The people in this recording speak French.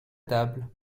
table